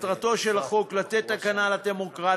מטרתו של החוק היא לתת הגנה לדמוקרטיה,